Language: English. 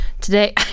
today